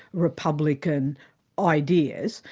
republican ideas.